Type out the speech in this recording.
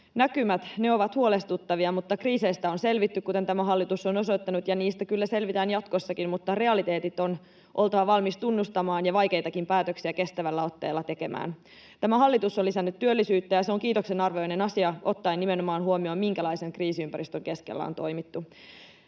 Näkymät ovat huolestuttavia, mutta kriiseistä on selvitty, kuten tämä hallitus on osoittanut, ja niistä kyllä selvitään jatkossakin, mutta realiteetit on oltava valmis tunnustamaan ja vaikeitakin päätöksiä kestävällä otteella tekemään. Tämä hallitus on lisännyt työllisyyttä, ja se on kiitoksen arvoinen asia ottaen nimenomaan huomioon, minkälaisen kriisiympäristön keskellä on toimittu.